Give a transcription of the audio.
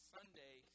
Sunday